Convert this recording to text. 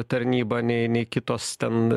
tarnyba nei nei kitos ten